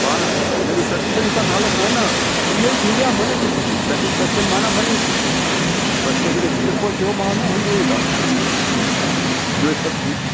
पाण आयो आहे सेल्फ सेटिसफैक्शन नालो खण न इहो ई थींदी आहे मन जी ख़ुशी सेटिसफैक्शन आहे मन जी ख़ुशी बचपन हा ॿियों सभु ठीकु